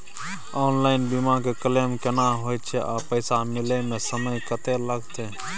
Online बीमा के claim केना होय छै आ पैसा मिले म समय केत्ते लगतै?